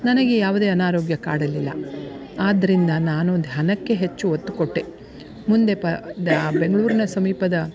ನನಗೆ ಯಾವುದೇ ಅನಾರೋಗ್ಯ ಕಾಡಲಿಲ್ಲ ಆದ್ದರಿಂದ ನಾನು ಧ್ಯಾನಕ್ಕೆ ಹೆಚ್ಚು ಒತ್ತು ಕೊಟ್ಟೆ ಮುಂದೆ ಪ ದ್ಯಾ ಆ ಬೆಂಗ್ಳೂರಿನ ಸಮೀಪದ